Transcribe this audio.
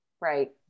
Right